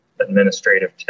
administrative